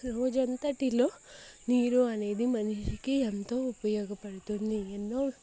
రోజంతటిలో నీరు అనేది మనిషికి ఎంతో ఉపయోగపడుతుంది